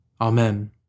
Amen